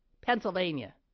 Pennsylvania